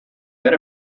that